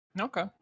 Okay